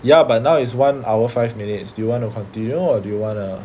ya but now it's one hour five minutes do you want to continue or do you want to